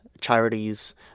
charities